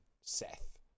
Seth